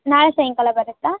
ನಾಳೆ ಸಾಯಂಕಾಲ ಬರುತ್ತಾ